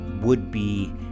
would-be